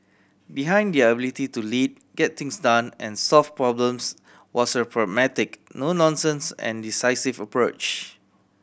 behind their ability to lead get things done and solve problems was a pragmatic no nonsense and decisive approach